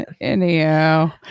Anyhow